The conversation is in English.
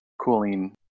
cooling